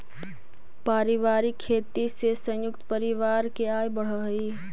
पारिवारिक खेती से संयुक्त परिवार के आय बढ़ऽ हई